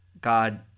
God